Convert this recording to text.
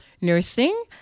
nursing